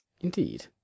Indeed